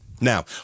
Now